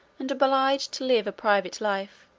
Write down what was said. and obliged to live a private life,